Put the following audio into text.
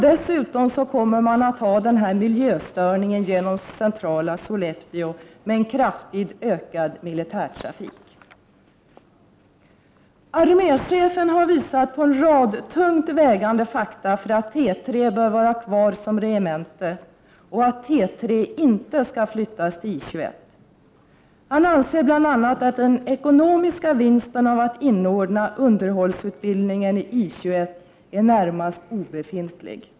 Dessutom kommer centrala Sollefteå att drabbas av stora miljöstörningar på grund av en kraftigt ökad militärtrafik. Arméchefen har visat på en rad tungt vägande fakta för att T 3 bör vara kvar som regemente och att T 3 inte skall flyttas till I 21. Han anser bl.a. att den ekonomiska vinsten av att inordna underhållsutbildningen i I 21 är närmast obefintlig.